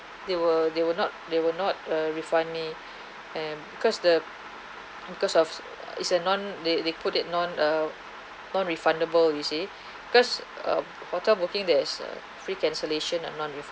they will they will not they will not uh refund me and because the because of it's a non they they put it non uh non-refundable you see because uh hotel booking there is a free cancellation and non-refundable